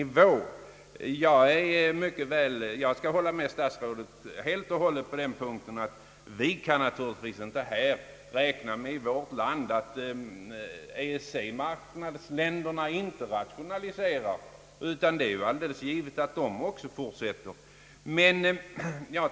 Jag instämmer helt och hållet med statsrådet när han säger, att vi naturligtvis inte kan räkna med att EEC marknadsländerna inte rationaliserar. Det är tvärtom alldeles givet att också dessa länder rationaliserar.